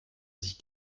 sich